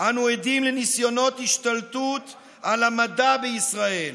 "אנו עדים לניסיונות השתלטות על המדע בישראל,